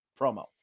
promo